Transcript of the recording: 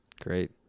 Great